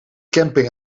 camping